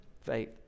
faith